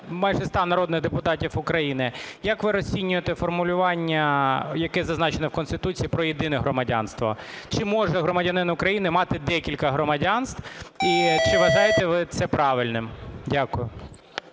майже 100 народних депутатів України. Як ви розцінюєте формулювання, яке зазначене в Конституції про єдине громадянство? Чи може громадянин України мати декілька громадянств і чи вважаєте ви це правильним? Дякую.